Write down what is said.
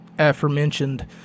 aforementioned